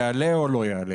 יעלה או לא יעלה.